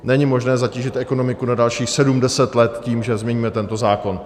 Není možné zatížit ekonomiku na dalších sedm, deset let tím, že změníme tento zákon.